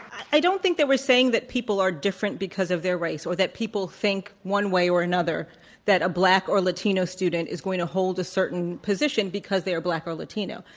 i don't think that we're saying that people are different because of their race or that people think one way or another that a black or latino student is going to hold a certain position because they are black or latino,